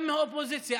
גם מהאופוזיציה.